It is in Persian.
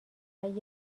فقط